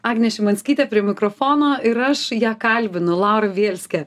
agnė šimanskytė prie mikrofono ir aš ją kalbinu laura bielskė